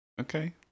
Okay